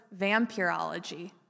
vampirology